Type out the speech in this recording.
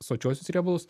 sočiuosius riebalus